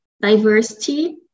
diversity